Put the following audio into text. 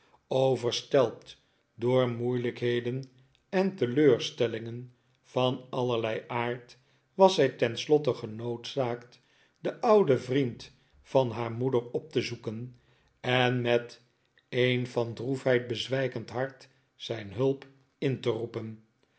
overstelpt door moeilijkheden en teleurstellingen van allerlei aard was zij tenslotte genoodzaakt den ouden vriend van haar moeder op te zoeken en met een van droefheid bezwijkend hart zijn hulp in te roepen